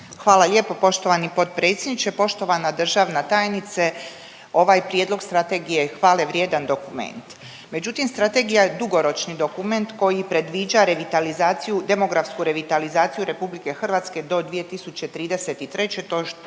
Hvala lijepo poštovani potpredsjedniče. Poštovana državna tajnice, ovaj prijedlog strategije je hvale vrijedan dokument, međutim strategija je dugoročni dokument koji predviđa revitalizaciju, demografsku revitalizaciju RH do 2033.,